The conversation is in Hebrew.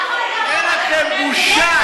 אין לכם בושה.